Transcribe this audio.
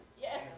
Yes